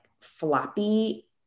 floppy